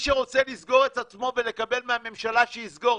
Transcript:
מי שרוצה לסגור את עצמו ולקבל מהממשלה שיסגור,